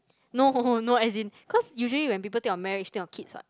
no no as in cause usually when people think of marriage think of kids [what]